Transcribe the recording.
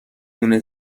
دونه